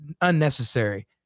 unnecessary